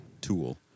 tool